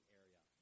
area